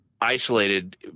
isolated